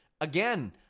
again